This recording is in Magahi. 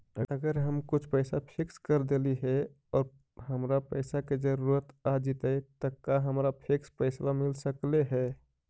अगर हम कुछ पैसा फिक्स कर देली हे और हमरा पैसा के जरुरत आ जितै त का हमरा फिक्स पैसबा मिल सकले हे?